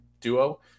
duo